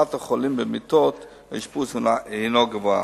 תחלופת החולים במיטות האשפוז גבוהה.